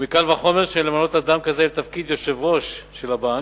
וקל וחומר שאין למנות אדם כזה לתפקיד יושב-ראש של הבנק.